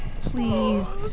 Please